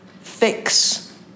fix